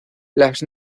las